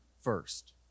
first